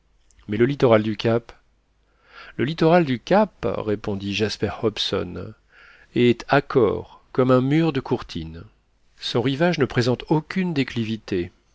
mais le littoral du cap le littoral du cap répondit jasper hobson est accore comme un mur de courtine son rivage ne présente aucune déclivité